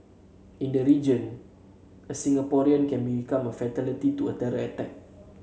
in the region a Singaporean became a fatality to a terror attack